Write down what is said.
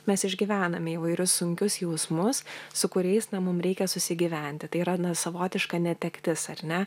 mes išgyvename įvairius sunkius jausmus su kuriais na mum reikia susigyventi tai yra na savotiška netektis ar ne